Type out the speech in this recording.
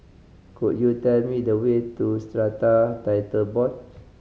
could you tell me the way to Strata Title Board